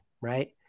right